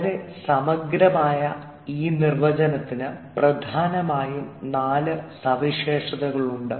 വളരെ സമഗ്രമായ ഈ നിർവചനത്തിന് പ്രധാനമായും നാല് സവിശേഷതകളുണ്ട്